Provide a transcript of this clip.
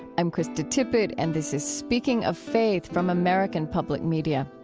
i'm krista tippett, and this is speaking of faith from american public media.